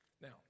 Now